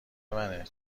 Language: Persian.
منه